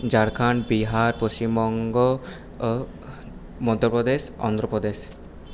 ঝাড়খণ্ড বিহার পশ্চিমবঙ্গ ও মধ্যপ্রদেশ অন্ধ্রপ্রদেশ